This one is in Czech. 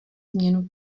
změnu